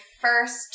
first